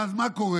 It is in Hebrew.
אז מה קורה?